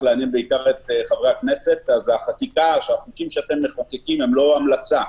לעניין בעיקר את חברי הכנסת החוקים שאתם מחוקקים הם לא המלצה,